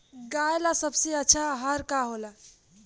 गाय ला सबसे अच्छा आहार का होला?